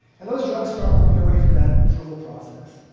and those drugs start working their way through that approval process,